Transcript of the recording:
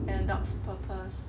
a dog's purpose